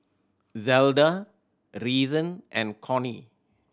Zelda Reason and Cornie